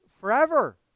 forever